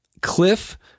Cliff